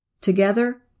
Together